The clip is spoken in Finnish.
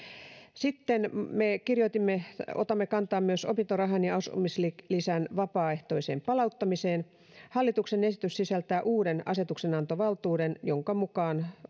sitten me otamme kantaa myös opintorahan ja asumislisän vapaaehtoiseen palauttamiseen hallituksen esitys sisältää uuden asetuksenantovaltuuden jonka mukaan